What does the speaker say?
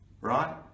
right